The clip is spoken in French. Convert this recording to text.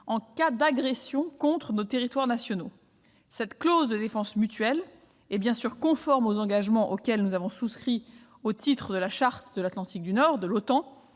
en cas d'agression contre nos territoires nationaux. Cette clause de défense mutuelle est bien évidemment conforme aux engagements auxquels nous avons souscrit au titre du traité de l'Atlantique Nord et